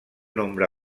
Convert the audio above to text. nombre